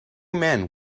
men